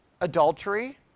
adultery